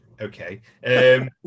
okay